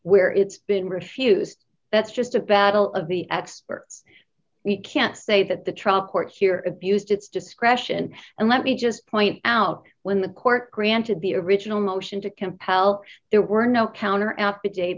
where it's been refused that's just a battle of the experts we can't say that the trial court here abused its discretion and let me just point out when the court granted the original motion to compel there were no counter at da